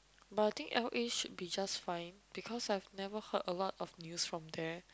but I think L_A should be just fine because I've never heard a lot of news from there